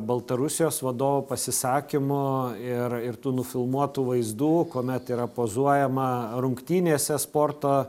baltarusijos vadovo pasisakymų ir ir tų nufilmuotų vaizdų kuomet yra pozuojama rungtynėse sporto